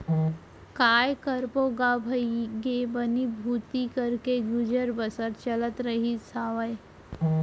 काय करबो गा भइगे बनी भूथी करके गुजर बसर चलत रहिस हावय